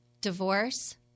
divorce